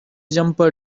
jumper